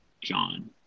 john